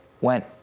went